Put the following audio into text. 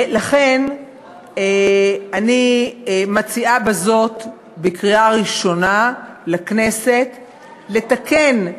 לכן אני מציעה בזאת לכנסת לתקן,